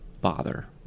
bother